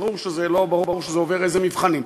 ברור שזה עובר איזה מבחנים,